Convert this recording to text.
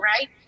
right